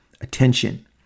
attention